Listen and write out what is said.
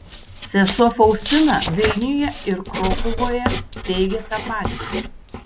sesuo faustina vilniuje ir krokuvoje teigė tą patį